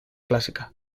clásica